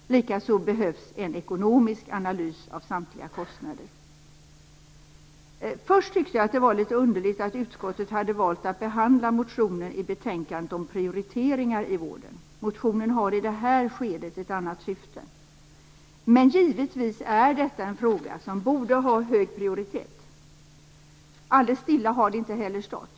Likaså behövs en ekonomisk analys av samtliga kostnader. Först tyckte jag att det var litet underligt att utskottet hade valt att behandla motionen i betänkandet om prioriteringar i vården. Motionen har i det här skedet ett annat syfte. Men detta är givetvis en fråga som borde ha hög prioritet. Alldeles stilla har det inte heller stått.